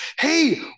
hey